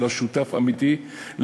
אלא שותף אמיתי,